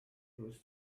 close